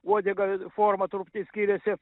uodega forma truputį skiriasi